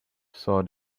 saw